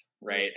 right